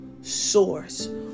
source